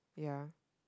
yeah